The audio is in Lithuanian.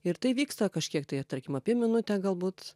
ir tai vyksta kažkiek tai tarkim apie minutę galbūt